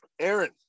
Aaron